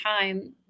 time